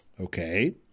Okay